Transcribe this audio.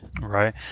Right